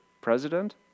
president